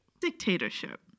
Dictatorship